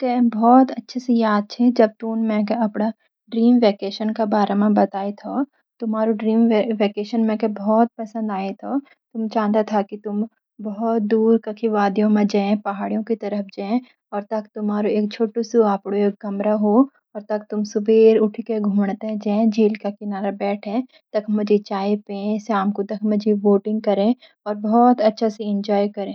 मैके बहुत अच्छे सी याद छ जब तुमुन मेक अपडा ड्रीम वेकेशन का बारा मा बताई थो तुम्हारु ड्रीम वेकेशन मैक बहुत पसंद आई थो। तुम चाहनदा था कि तुम दूर कांखी पहाड़ों म रह तख् तुम्हारू एल छोटू सी आपडू कमरा हो और तख् तुम सबेर उठी के घुमन के जै। झील का किनारा बैठे तख् मंजी चाय पिए श्याम की तख् मा बोटिंग करें अर बहुत अच्छा सी एंजॉय करें।